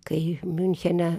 kai miunchene